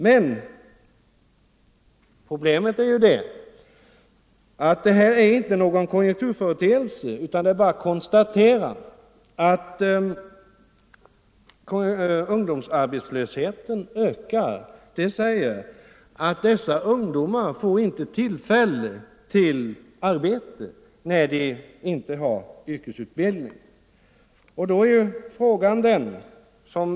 Men det här är ingen konjunkturföreteelse, utan det är bara att konstatera att ungdomsarbetslösheten ökar. Det visar att dessa ungdomar inte får något arbete när de inte har yrkesutbildning.